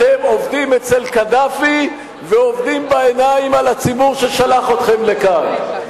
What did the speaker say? אתם עובדים אצל קדאפי ועובדים בעיניים על הציבור ששלח אתכם לכאן.